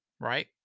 right